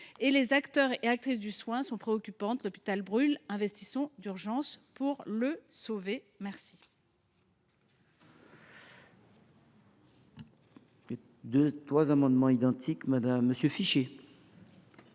par les acteurs et actrices du soin est préoccupante. L’hôpital brûle, investissons d’urgence pour le sauver !